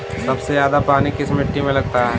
सबसे ज्यादा पानी किस मिट्टी में लगता है?